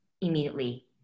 immediately